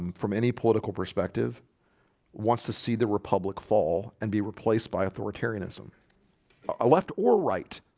from any political perspective wants to see the republic fall and be replaced by authoritarianism i left or right